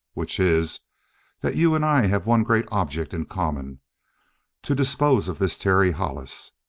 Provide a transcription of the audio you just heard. which is that you and i have one great object in common to dispose of this terry hollis,